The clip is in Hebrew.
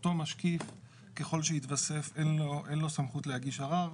אותו משקיף ככל שיתווסף, אין לו סמכות להגיש ערר.